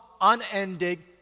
unending